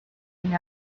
soon